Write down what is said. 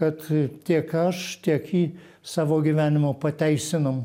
kad tiek aš tiek ji savo gyvenimą pateisinom